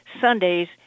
Sundays